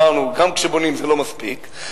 אמרנו: גם כשבונים זה לא מספיק,